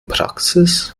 praxis